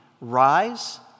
Rise